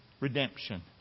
redemption